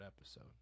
episode